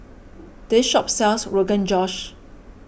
this shop sells Rogan Josh